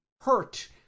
hurt